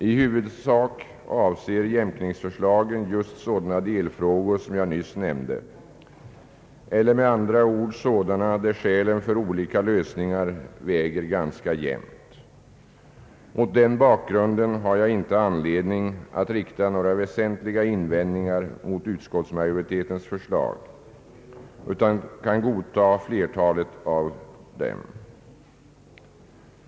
I huvudsak avser jämkningsförslagen just sådana delfrågor som jag nyss nämnde eller med andra ord sådana där skälen för olika lösningar väger ganska jämnt. Mot den bakgrunden har jag inte anledning att rikta några väsentliga invändningar mot utskottsmajoritetens förslag utan kan godta flertalet av dem.